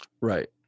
Right